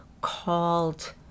called